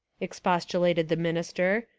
expostulated the minister,